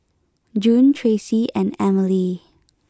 June Tracy and Emilee